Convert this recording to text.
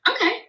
okay